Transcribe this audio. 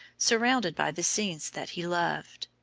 surrounded by the scenes that he loved.